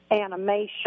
animation